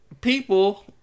people